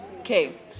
okay